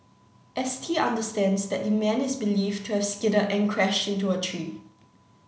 S T understands that the man is believed to have skidded and crashed into a tree